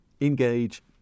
engage